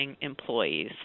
employees